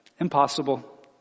impossible